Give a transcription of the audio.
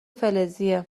فلزیه